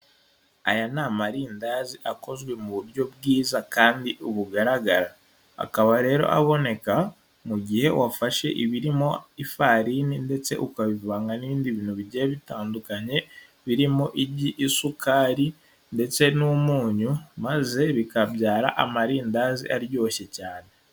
Aya ni amarindazi akozwe mu buryo bwiza kandi bugaragara, akaba rero aboneka mu gihe wafashe ibirimo ifarini ndetse ukabivanga n'ibindi bintu bigiye bitandukanye birimo: iby'isukari ndetse n'umunyu maze bikabyara amarindazi aryoshye cyane.